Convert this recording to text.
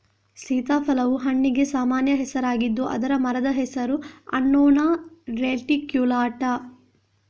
ಸೀತಾಫಲವು ಹಣ್ಣಿಗೆ ಸಾಮಾನ್ಯ ಹೆಸರಾಗಿದ್ದು ಅದರ ಮರದ ಹೆಸರು ಅನ್ನೊನಾ ರೆಟಿಕ್ಯುಲಾಟಾ